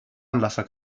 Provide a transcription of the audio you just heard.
anlasser